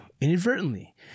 inadvertently